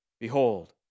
Behold